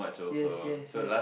yes yes yes